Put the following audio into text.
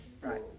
right